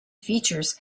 features